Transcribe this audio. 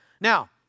Now